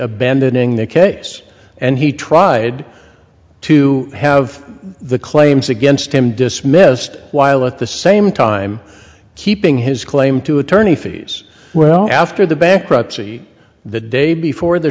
abandoning the case and he tried to have the claims against him dismissed while at the same time keeping his claim to attorney fees well after the bankruptcy the day before the